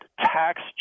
tax